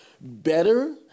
better